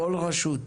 בכל רשות,